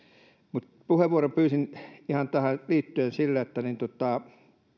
mutta puheenvuoron pyysin tähän liittyen ihan siksi että kun